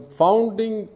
founding